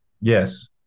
Yes